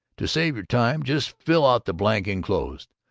to save your time, just fill out the blank enclosed.